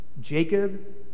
Jacob